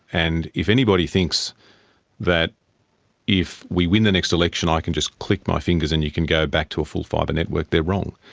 and if anybody thinks that if we win the next election i can just click my fingers and you can go back to a full fibre network, they're wrong.